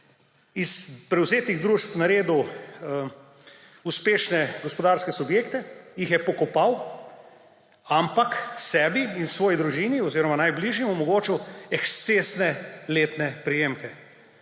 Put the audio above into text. iz prevzetih družb naredil uspešneih gospodarskih subjektov, jih je pokopal, ampak sebi in svoji družini oziroma najbližjim omogočil ekscesne letne prejemke.